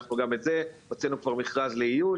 ואנחנו גם את זה הוצאנו כבר מכרז לאיוש.